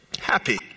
Happy